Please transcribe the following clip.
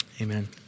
Amen